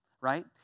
Right